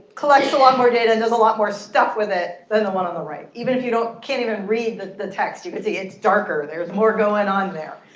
collects a lot more data and there's a lot more stuff with it than the one on the right. even if you can't even read the the text, you could see it's darker. there's more going on there.